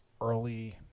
early